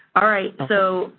all right. so,